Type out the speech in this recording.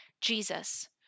Jesus